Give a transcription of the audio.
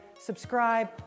subscribe